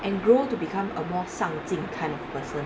and grow to become a more 上进 kind of person